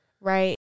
Right